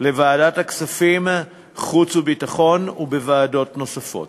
לוועדת הכספים וועדת החוץ והביטחון ובוועדות נוספות.